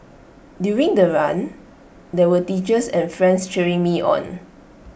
during the run there were teachers and friends cheering me on